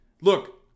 look